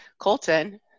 Colton